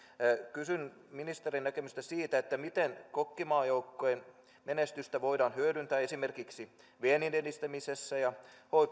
kysyn ministerin näkemystä siitä miten kokkimaajoukkueen menestystä voidaan hyödyntää esimerkiksi vienninedistämisessä ja